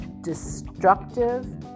destructive